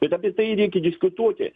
bet apie tai reikia diskutuoti